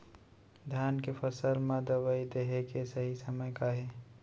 धान के फसल मा दवई देहे के सही समय का हे?